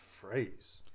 phrase